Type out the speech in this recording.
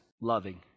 loving